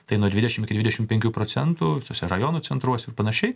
tai nuo dvidešim iki dvidešim penkių procentų visuose rajonų centruose ir panašiai